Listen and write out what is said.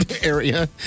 area